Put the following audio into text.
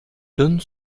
donne